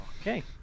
okay